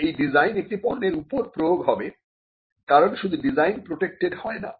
এই ডিজাইন একটি পণ্যের উপর প্রয়োগ হবে কারণ শুধু ডিজাইন প্রটেক্টেড হয় না